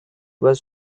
was